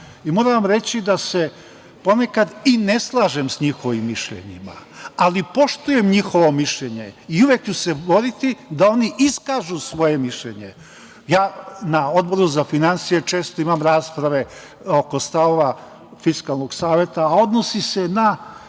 i moram vam reći da se ponekad i ne slažem sa njihovim mišljenjima, ali poštujem njihovo mišljenje i uvek ću se boriti da oni iskažu svoje mišljenje. Na Odboru za finansije često imam rasprave oko stavova Fiskalnog saveta, a odnosi se na